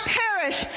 perish